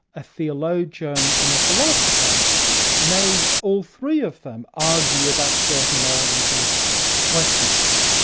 a theologian and a philosopher may all three of them argue about certain moral and political questions,